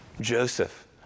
Joseph